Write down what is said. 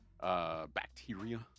bacteria